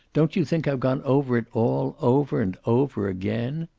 don't you think i've gone over it all, over and over again?